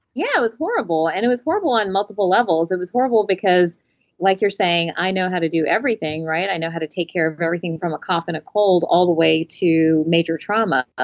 yeah, it was horrible, and it was horrible on multiple levels. it was horrible because like you're saying i know how to do everything, i know how to take care of everything from a cough and a cold, all the way to major trauma, ah